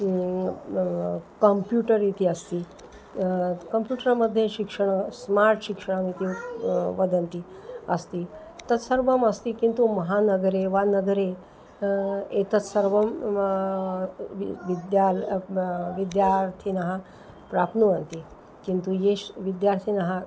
computer इति अस्ति computer मध्ये शिक्षणं स्मार्ट् शिक्षणम् इति वदन्ति अस्ति तत्सर्वमस्ति किन्तु महानगरे वा नगरे एतत् सर्वं विद्या विद्यार्थिनः प्राप्नुवन्ति किन्तु ये विद्यार्थिनः